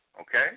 Okay